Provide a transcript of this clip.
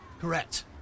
Correct